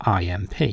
IMP